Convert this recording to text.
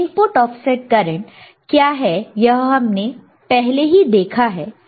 input offset current क्या है यह हमने पहले ही देखा है